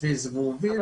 סביב זבובים,